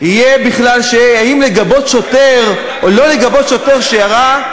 על האם לגבות שוטר, או לא לגבות שוטר שירה,